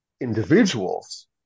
individuals